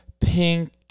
pink